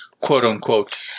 quote-unquote